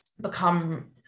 become